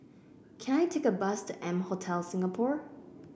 can I take a bus to M Hotel Singapore